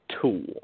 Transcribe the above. tool